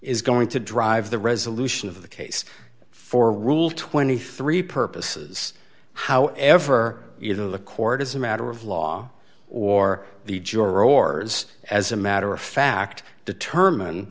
is going to drive the resolution of the case for rule twenty three purposes however you know the court as a matter of law or the juror oars as a matter of fact determine